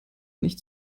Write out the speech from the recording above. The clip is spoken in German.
nicht